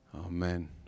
Amen